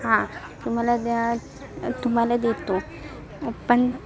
हां तुम्हाला द्या तुम्हाला देतो पण